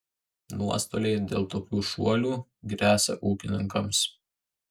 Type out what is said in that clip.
nuostoliai dėl tokių šuolių gresia ūkininkams